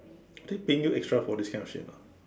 are they paying you extra for this kind of shit or not